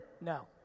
No